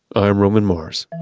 i'm roman mars